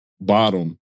bottom